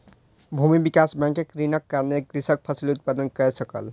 भूमि विकास बैंकक ऋणक कारणेँ कृषक फसिल उत्पादन कय सकल